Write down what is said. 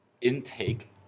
intake